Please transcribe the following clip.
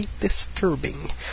disturbing